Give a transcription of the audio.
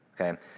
Okay